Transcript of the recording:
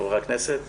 חברי הכנסת,